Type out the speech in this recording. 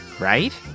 right